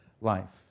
life